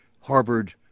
Harvard